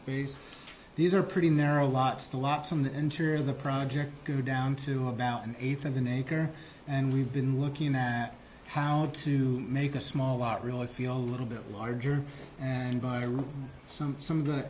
space these are pretty narrow lots the lots on the interior of the project go down to about an eighth of an acre and we've been looking at how to make a small lot really feel a little bit larger and buy some some of the